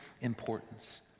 importance